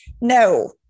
No